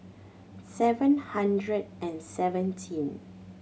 seven hundred and seventeen